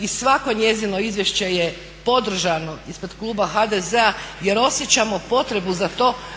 i svako njezino izvješće je podržano ispred kluba HDZ-a jer osjećamo potrebu za to